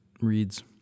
reads